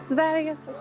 Sveriges